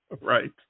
Right